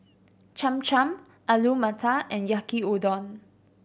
Cham Cham Alu Matar and Yaki Udon